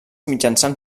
mitjançant